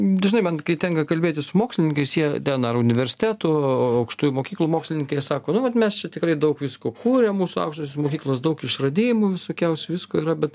dažnai man tenka kalbėtis su mokslininkais jie ten universitetų aukštųjų mokyklų mokslininkai sako nu vat mes čia tikrai daug visko kuriam mūsų aukštosios mokyklos daug išradimų visokiausių visko yra bet